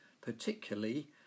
particularly